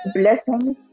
blessings